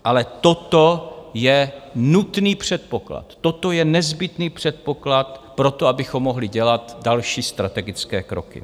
Ale toto je nutný předpoklad, toto je nezbytný předpoklad proto, abychom mohli dělat další strategické kroky.